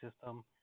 system